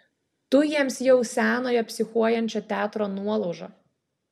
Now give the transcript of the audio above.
tu jiems jau senojo psichuojančio teatro nuolauža